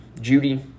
Judy